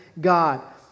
God